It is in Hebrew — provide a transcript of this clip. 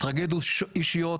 טרגדיות אישיות,